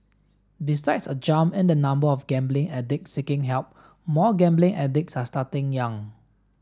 besides a jump in the number of gambling addicts seeking help more gambling addicts are starting young